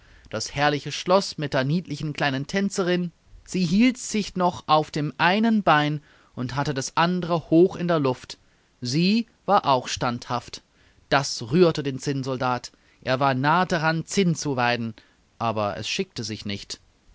das herrliche schloß mit der niedlichen kleinen tänzerin sie hielt sich noch auf dem einen bein und hatte das andere hoch in der luft sie war auch standhaft das rührte den zinnsoldat er war nahe daran zinn zu weinen aber es schickte sich nicht